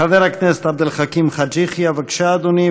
חבר הכנסת עבד אל חכים חאג' יחיא, בבקשה, אדוני.